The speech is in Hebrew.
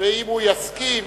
ואם הוא יסכים,